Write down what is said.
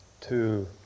two